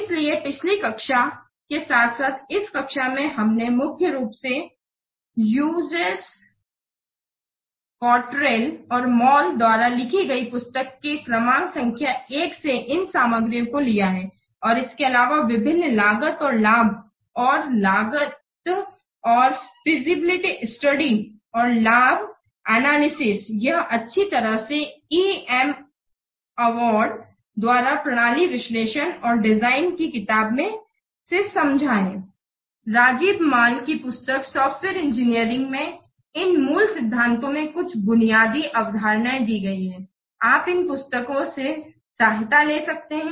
इसलिए पिछली कक्षा के साथ साथ इस कक्षा में हमने मुख्य रूप से ह्यूजेस कॉटरेल और मॉल द्वारा लिखी गयी पुस्तक के क्रम संख्या १ से इन सामग्रियों को लिया है और इसके अलावा विभिन्न लागत और लाभ और लागत पर फिजिबिलिटी स्टडी और लाभ एनालिसिस यह अच्छी तरह से E M अवध द्वारा प्रणाली विश्लेषण और डिजाइन की किताब में समझाया गया है राजीब मॉल की पुस्तक सॉफ्टवेयर इंजीनियरिंग में इन मूल सिद्धांतों में कुछ बुनियादी अवधारणाएं दी गई हैं आप इन पुस्तकों से सहायता ले सकते हैं